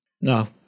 No